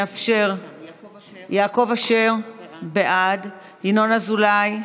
יעקב אשר, בעד, ינון אזולאי,